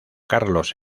carlos